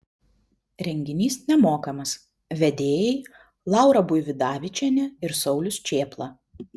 renginys nemokamas vedėjai laura buividavičienė ir saulius čėpla